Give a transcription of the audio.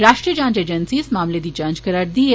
राष्ट्रीय जांच अजेन्सी इस मामले दी जांच करा'रदी ऐ